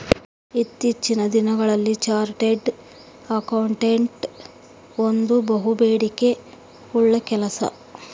ಇತ್ತೀಚಿನ ದಿನಗಳಲ್ಲಿ chartered accountant ಒಂದು ಬಹುಬೇಡಿಕೆ ಉಳ್ಳ ಕೆಲಸ